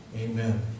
Amen